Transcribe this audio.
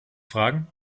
fragen